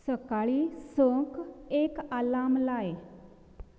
सकाळीं संक एक आलार्म लाय